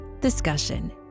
discussion